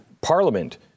parliament